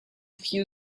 few